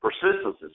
persistence